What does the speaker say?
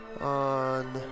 on